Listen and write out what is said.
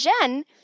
Jen